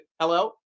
Hello